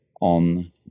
on